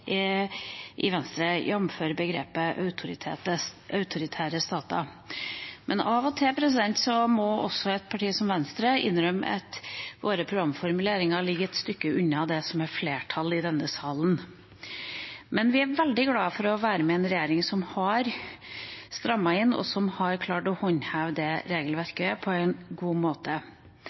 men av og til må også et parti som Venstre innrømme at våre programformuleringer ligger et lite stykke unna det som det er flertall for i denne salen. Men vi er veldig glad for å være med i en regjering som har strammet inn, og som har klart å håndheve regelverket på en god måte,